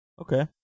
Okay